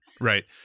Right